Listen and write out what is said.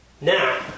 Now